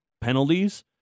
penalties